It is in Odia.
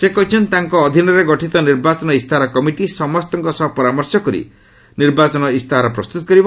ସେ କହିଛନ୍ତି ତାଙ୍କ ଅଧୀନରେ ଗଠିତ ନିର୍ବାଚନ ଇସ୍ତାହାର କମିଟି ସମସ୍ତଙ୍କ ସହ ପରାମର୍ଶ କରି ନିର୍ବାଚନ ଇସ୍ତାହାର ପ୍ରସ୍ତୁତ କରାଯିବ